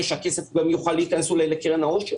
שהכסף גם יוכל להיכנס אולי לקרן העושר.